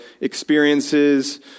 experiences